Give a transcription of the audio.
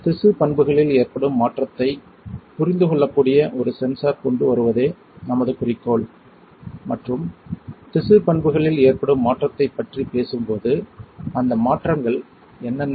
எனவே திசுப் பண்புகளில் ஏற்படும் மாற்றத்தைப் புரிந்துகொள்ளக்கூடிய ஒரு சென்சார் கொண்டு வருவதே நமது குறிக்கோள் மற்றும் திசு பண்புகளில் ஏற்படும் மாற்றத்தைப் பற்றி பேசும்போது அந்த மாற்றங்கள் என்னென்ன